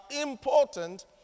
important